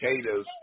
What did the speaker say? potatoes